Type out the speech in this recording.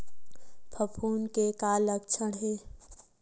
फफूंद के का लक्षण हे?